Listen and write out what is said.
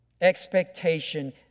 expectation